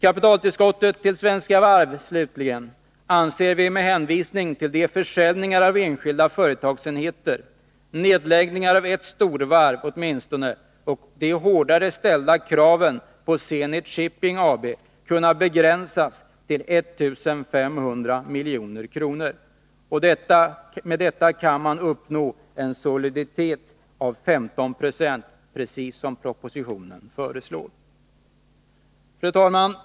Kapitaltillskottet till Svenska Varv AB anser vi, med hänvisning till de försäljningar av enskilda företagsenheter, nedläggningar av åtminstone ett storvarv och de hårdare ställda kraven på Zenit Shipping AB, kan begränsas till 1 500 milj.kr. Med detta kan man uppnå en soliditet av 15 96, precis som propositionen föreslår. Fru talman!